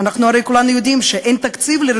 ומה יקרה בחודשי המעבר?